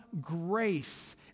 grace